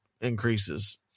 Increases